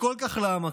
וכל כך למה?